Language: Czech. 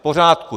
V pořádku.